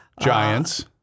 Giants